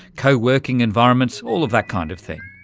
co-working environments, all of that kind of thing.